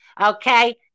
Okay